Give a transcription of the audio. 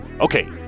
Okay